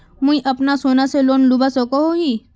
मुई अपना सोना से लोन लुबा सकोहो ही?